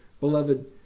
beloved